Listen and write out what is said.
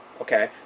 Okay